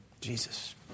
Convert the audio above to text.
Jesus